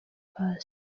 paccy